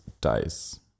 Dice